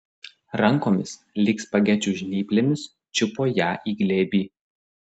rankomis lyg spagečių žnyplėmis čiupo ją į glėbį